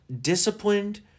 Disciplined